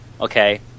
okay